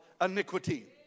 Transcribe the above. iniquity